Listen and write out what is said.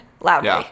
loudly